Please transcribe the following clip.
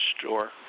store